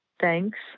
Thanks